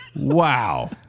Wow